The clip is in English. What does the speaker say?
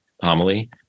homily